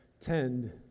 tend